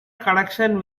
connection